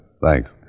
Thanks